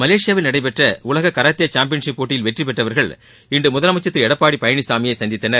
மலேசியாவில் நடைபெற்ற உலக கராத்தே சாம்பியன்ஷிப் போட்டியில் வெற்றிபெற்றவர்கள் இன்று முதலமைச்சர் திரு எடப்பாடி பழனிசாமியை சந்தித்தனர்